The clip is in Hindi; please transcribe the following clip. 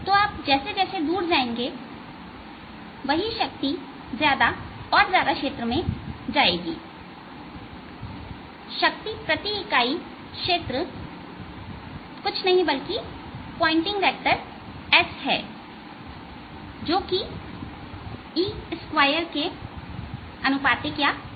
आप जैसे जैसे दूर जाएंगे वही शक्ति ज्यादा और ज्यादा क्षेत्र में जाएगी और शक्ति प्रति इकाई क्षेत्र कुछ नहीं बल्कि पॉइंटिंग वेक्टर है जो कि E2 के अनुपातिक है